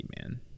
man